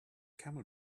camel